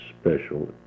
special